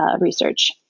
research